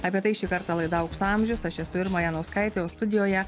apie tai šį kartą laida aukso amžius aš esu irma janauskaitė o studijoje